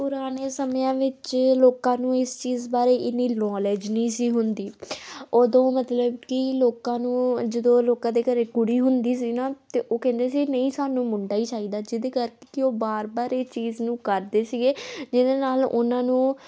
ਪੁਰਾਣੇ ਸਮਿਆਂ ਵਿੱਚ ਲੋਕਾਂ ਨੂੰ ਇਸ ਚੀਜ਼ ਬਾਰੇ ਇੰਨੀ ਨੋਲਜ ਨਹੀਂ ਸੀ ਹੁੰਦੀ ਉਦੋਂ ਮਤਲਬ ਕਿ ਲੋਕਾਂ ਨੂੰ ਜਦੋਂ ਲੋਕਾਂ ਦੇ ਘਰ ਕੁੜੀ ਹੁੰਦੀ ਸੀ ਨਾ ਤਾਂ ਉਹ ਕਹਿੰਦੇ ਸੀ ਨਹੀਂ ਸਾਨੂੰ ਮੁੰਡਾ ਹੀ ਚਾਹੀਦਾ ਜਿਹਦੇ ਕਰਕੇ ਕਿ ਉਹ ਵਾਰ ਵਾਰ ਇਹ ਚੀਜ਼ ਨੂੰ ਕਰਦੇ ਸੀਗੇ ਜਿਹਦੇ ਨਾਲ ਉਹਨਾਂ ਨੂੰ